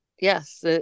Yes